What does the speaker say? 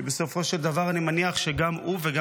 כי בסופו של דבר אני מניח שגם הוא וגם